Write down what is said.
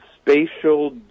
spatial